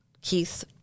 keith